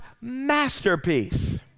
masterpiece